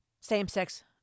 same-sex